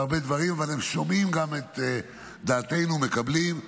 והרבה דברים, אבל הם שומעים גם את דעתנו, מקבלים.